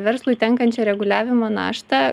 verslui tenkančią reguliavimo naštą